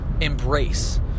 embrace